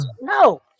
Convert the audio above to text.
no